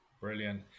brilliant